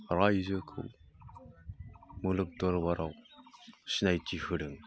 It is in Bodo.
रायजोखौ मुलुग दरबाराव सिनायथि होदों